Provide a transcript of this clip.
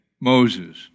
Moses